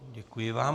Děkuji vám.